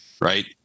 right